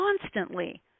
constantly